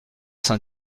saint